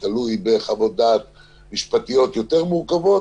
תלוי בחוות-דעת משפטיות יותר מורכבות,